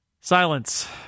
silence